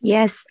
Yes